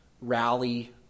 rally